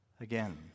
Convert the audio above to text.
again